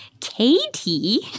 Katie